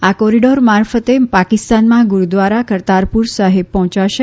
આ કોરીડોર મારફતે પાકિસ્તાનમાં ગુરદ્વારા કરતારપુર સાહેબ પહોચોશે